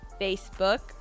Facebook